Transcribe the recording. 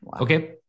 okay